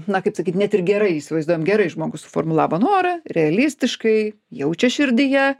na kaip sakyt net ir gerai įsivaizduojam gerai žmogus suformulavo norą realistiškai jaučia širdyje